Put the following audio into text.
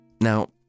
Now